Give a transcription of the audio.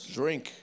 drink